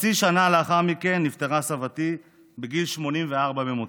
חצי שנה לאחר מכן נפטרה סבתי, בגיל 84 במותה.